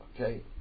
okay